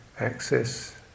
access